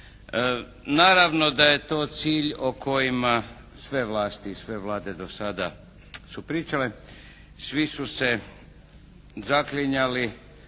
Naravno da je to cilj o kojima sve vlasti i sve vlade do sada su pričale. Svi su se zaklinjali